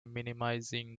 minimizing